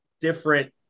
different